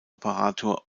operator